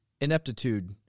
ineptitude